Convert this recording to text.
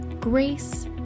Grace